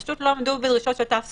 פשוט לא עמדו בדרישות של תו סגול.